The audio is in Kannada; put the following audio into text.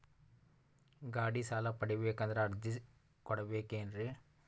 ಗಾಡಿ ಸಾಲ ಪಡಿಬೇಕಂದರ ಅರ್ಜಿ ಕೊಡಬೇಕೆನ್ರಿ?